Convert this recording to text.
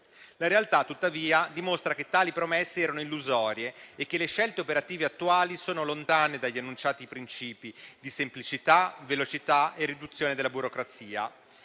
La realtà, tuttavia, dimostra che tali promesse erano illusorie e che le scelte operative attuali sono lontane dagli enunciati principi di semplicità, velocità e riduzione della burocrazia.